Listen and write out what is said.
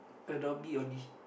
Adobe audi